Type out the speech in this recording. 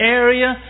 area